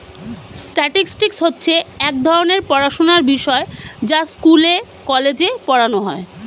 statistics হচ্ছে এক ধরণের পড়াশোনার বিষয় যা স্কুলে, কলেজে পড়ানো হয়